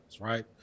right